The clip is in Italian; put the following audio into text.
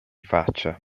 faccia